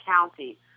County